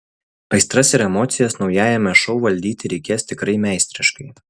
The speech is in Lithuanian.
aistras ir emocijas naujajame šou valdyti reikės tikrai meistriškai